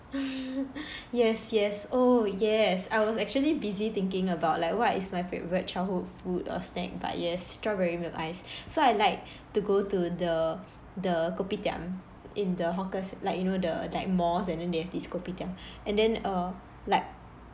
yes yes oh yes I was actually busy thinking about like what is my favourite childhood food or snack but yes strawberry milk ice so I like to go to the the kopitiam in the hawkers like you know the like malls and then they have this kopitiam and then err like